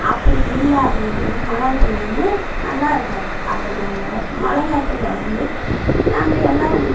அப்படி இல்லை அப்படின்னா மிளகாத்தூள் வந்து நல்லா இருக்காது அதனால் மிளகாத்தூள வந்து நாங்கள் எல்லாரும்